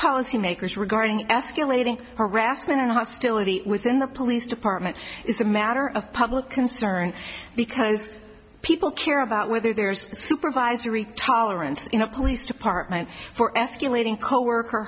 policymakers regarding escalating harassment and hostility within the police department is a matter of public concern because people care about there's supervisory tolerance in a police department for escalating coworker